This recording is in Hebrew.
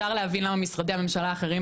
אפשר להבין למה משרדי הממשלה האחרים